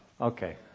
Okay